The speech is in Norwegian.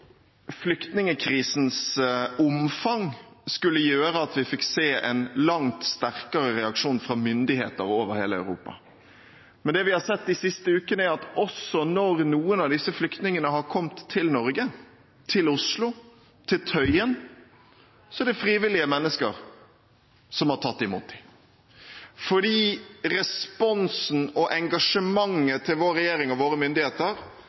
flyktningkrisens omfang skulle gjøre at vi fikk se en langt sterkere reaksjon fra myndigheter over hele Europa, men det vi har sett de siste ukene, er at også når noen av disse flyktningene har kommet til Norge, til Oslo, til Tøyen, så er det frivillige mennesker som har tatt imot dem, fordi responsen og engasjementet til vår regjering og våre myndigheter